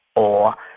or